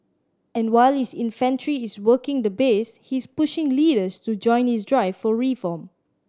and while his infantry is working the base he's pushing leaders to join his drive for reform